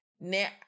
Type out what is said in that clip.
now